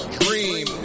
dream